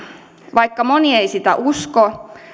vaikka moni ei sitä usko